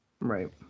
Right